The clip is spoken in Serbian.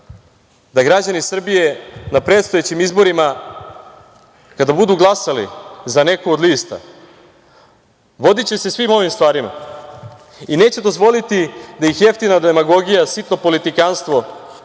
da građani Srbije na predstojećim izborima kada budu glasali za neku od lista, vodiće se svim ovim stvarima i neće dozvoliti da ih jeftina demagogija, sitno politikanstvo